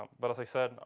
but as i said,